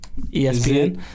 ESPN